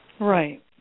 Right